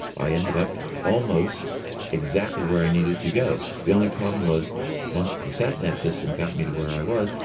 i ended up almost exactly where i needed to go. the only problem was once the sat nav system got me to where i was,